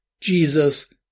Jesus